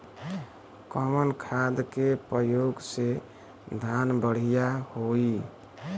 कवन खाद के पयोग से धान बढ़िया होई?